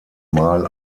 mal